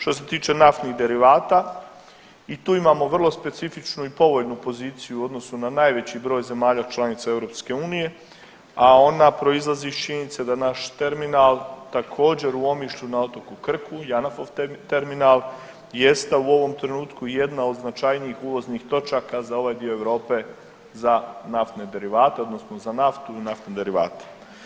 Što se tiče naftnih derivata i tu imamo vrlo specifičnu i povoljnu poziciju u odnosu na najveći broj zemalja članica EU, a ona proizlazi iz činjenice naš terminal također u Omišlju na otoku Krku JANAF-ov terminal jeste u ovom trenutku jedna od značajnijih uvoznih točaka za ovaj dio Europe za naftne derivate odnosno za naftu i naftne derivate.